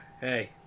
hey